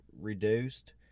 reduced